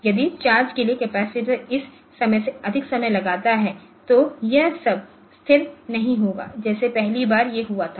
यदि चार्ज के लिए कपैसिटर इस समय से अधिक समय लगता है तो यह तब स्थिर नहीं होगाजैसे पहली बार ये हुआ था